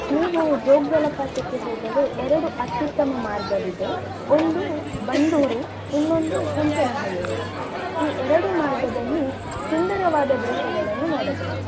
ನೀವು ಜೋಗ ಜಲಪಾತಕ್ಕೆ ಹೋಗಲು ಎರಡು ಅತ್ಯುತ್ತಮ ಮಾರ್ಗವಿದೆ ಒಂದು ಬಂದೂರು ಇನ್ನೊಂದು ಹುಂಚನಹಳ್ಳಿ ಮಾರ್ಗ ಈ ಎರಡೂ ಮಾರ್ಗದಲ್ಲಿ ಸುಂದರವಾದ ದೃಶ್ಯಗಳನ್ನು ನೋಡಬಹುದು